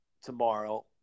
tomorrow